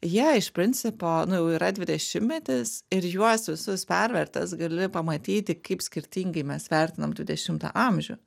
jie iš principo nu jau yra dvidešimtmetis ir juos visus pervertęs gali pamatyti kaip skirtingai mes vertinam dvidešimtą amžių